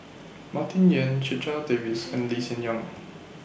Martin Yan Checha Davies and Lee Hsien Yang